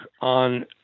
on